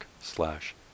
slash